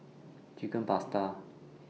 Chicken Pasta